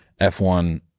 F1